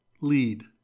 lead